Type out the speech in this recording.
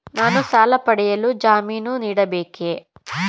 ನಾನು ಸಾಲ ಪಡೆಯಲು ಜಾಮೀನು ನೀಡಬೇಕೇ?